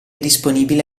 disponibile